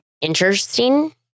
interesting